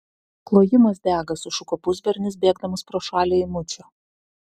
klojimas dega sušuko pusbernis bėgdamas pro šalį eimučio